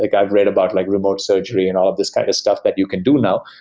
like i've read about like remote surgery and all of this kind of stuff that you can do now.